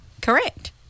correct